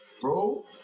bro